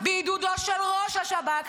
שעושים